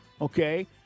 okay